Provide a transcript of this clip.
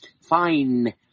fine